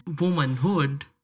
Womanhood